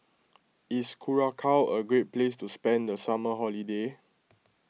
is Curacao a great place to spend the summer holiday